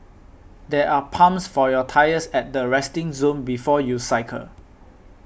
there are pumps for your tyres at the resting zone before you cycle